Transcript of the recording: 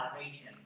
salvation